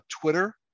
Twitter